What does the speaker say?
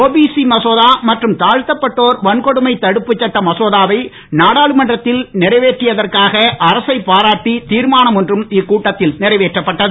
OBC மசோதா மற்றும் தாழ்த்தப்பட்டோர் வன்கொடுமை தடுப்ப சட்ட மசோதாவை நாடாளுமன்றத்தில் நிறைவேற்றியதற்காக அரசை பாராட்டி திர்மானம் ஒன்றும் இக்கூட்டத்தில் நிறைவேற்றப்பட்டது